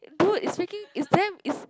dude it's freaking it's damn